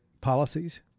policies